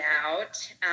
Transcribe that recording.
out